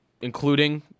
including